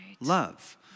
love